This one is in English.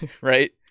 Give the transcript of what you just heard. Right